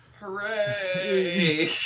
Hooray